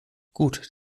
gut